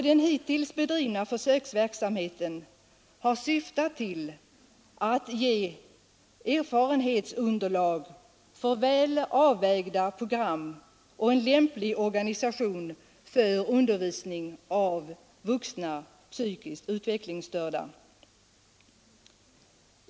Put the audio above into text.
Den hittills bedrivna försöksverksamheten har syftat till att ge erfarenhetsunderlag för väl avvägda program och en lämplig organisation för undervisning av vuxna psykiskt utvecklingsstörda.